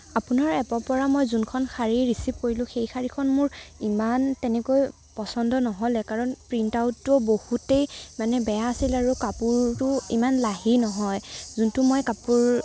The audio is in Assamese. আপোনাৰ এপৰ পৰা মই যোনখন শাড়ী ৰিচিভ কৰিলো সেই শাড়ীখন মোৰ ইমান তেনেকৈ পছন্দ নহ'লে কাৰণ প্ৰিণ্টআউটটো বহুতেই মানে বেয়া আছিল আৰু কাপোৰটো ইমান লাহি নহয় যোনটো মই কাপোৰ